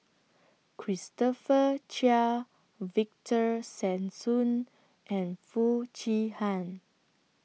Christopher Chia Victor Sassoon and Foo Chee Han